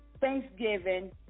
thanksgiving